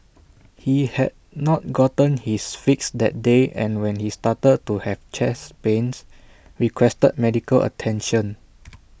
he had not gotten his fix that day and when he started to have chest pains requested medical attention